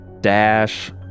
dash